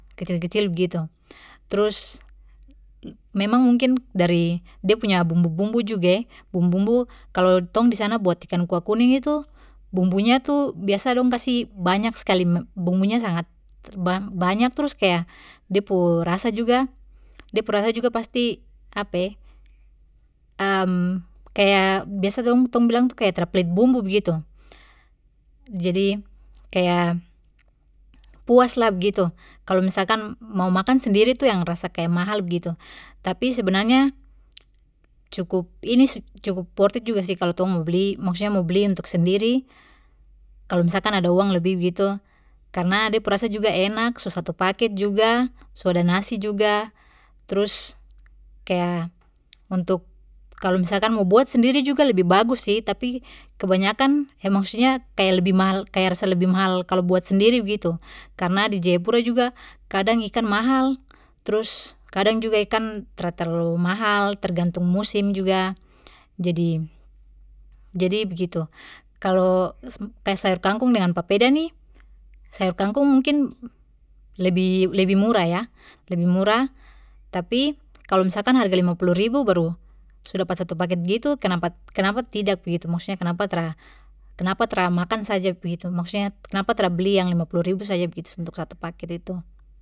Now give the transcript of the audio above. Kecil kecil begitu trus memang mungkin dari de punya bumbu bumbu juga eh bumbu bumbu kalo tong disana buat ikan kuah kuning itu bumbunya tu biasa dong kasih banyak skali bumbu sangat ba-banyak trus kaya de pu rasa juga de pu rasa juga pasti kaya biasa tu dong tong bilang kaya tra pelit bumbu begitu, jadi kaya puaslah begitu, kalo misalkan mau makan sendiri itu yang rasa kaya mahal begitu tapi sebenarnya cukup ini sih cukup worth it juga sih kalo tong mo beli maksudnya mo beli untuk sendiri kalo misalkan ada uang lebih begitu karna de pu rasa juga enak su satu paket juga su ada nasi juga trus kaya untuk kalo misalkan mo buat sendiri juga lebih bagus sih tapi kebanyakan eh maksudnya kaya lebih mahal kaya rasa lebih mahal kalo buat sendiri begitu karna di jayapura juga kadang ikan mahal trus kadang juga ikan tra terlalu mahal tergantung musim juga jadi, jadi begitu kalo kaya sayur kangkung dengan papeda ni sayur kangkung mungkin lebih lebih murah ya lebih murah tapi kalo misalkan harga lima puluh ribu baru su dapat satu paket begitu kenapa kenapa tidak begitu maksudnya kenapa tra kenapa tra makan saja begitu maksudnya kenapa tra beli yang lima puluh ribu saja begitu untuk satu paket itu.